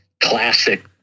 classic